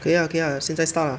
可以 lah 可以 lah 现在 start lah